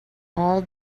all